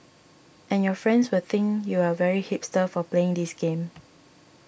and your friends will think you are very hipster for playing this game